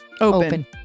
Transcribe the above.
open